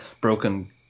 broken